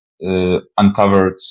Uncovered